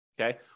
Okay